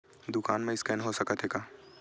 दुकान मा स्कैन हो सकत हे का?